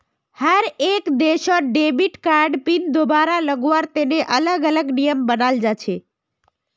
हर एक देशत debit card PIN दुबारा लगावार तने अलग अलग नियम बनाल जा छे